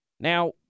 Now